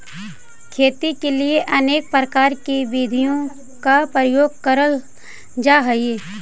खेती के लिए अनेक प्रकार की विधियों का प्रयोग करल जा हई